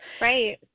Right